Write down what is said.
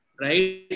right